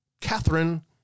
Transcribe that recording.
Catherine